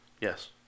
yes